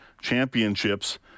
Championships